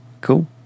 Cool